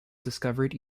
discovered